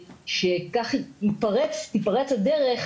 שכך תיפתח הדרך